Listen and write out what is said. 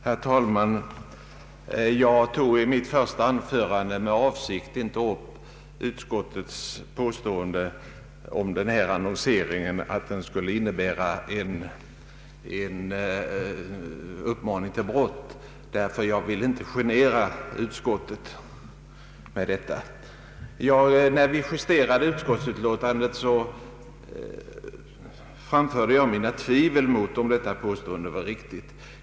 Herr talman! Jag tog i mitt första anförande med avsikt inte upp utskottets påstående om att denna annonsering skulle innebära en uppmaning till brott, för jag ville inte genera utskottet med detta. När vi justerade utskottsbetänkandet, framförde jag mina tvivel på detta påståendes riktighet.